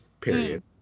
period